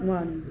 one